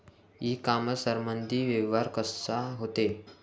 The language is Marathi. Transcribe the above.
इ कामर्समंदी व्यवहार कसा होते?